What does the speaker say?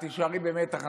את תישארי במתח.